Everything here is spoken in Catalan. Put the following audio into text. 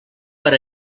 per